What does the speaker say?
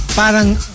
Parang